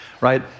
Right